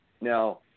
Now